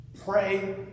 pray